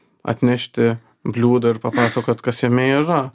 atnešti bliūdą ir papasakot kas jame yra